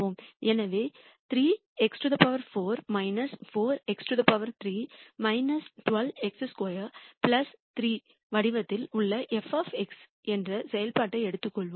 எனவே 3x4 4x3 12 x2 3 வடிவத்தில் உள்ள f என்ற செயல்பாட்டை எடுத்துக்கொள்வோம்